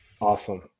Awesome